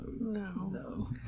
No